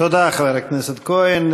תודה, חבר הכנסת כהן.